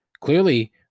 Clearly